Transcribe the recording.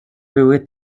były